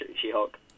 She-Hulk